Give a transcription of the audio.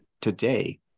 today